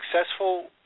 successful